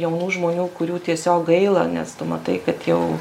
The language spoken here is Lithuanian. jaunų žmonių kurių tiesiog gaila nes tu matai kad jau